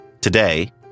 Today